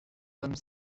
comme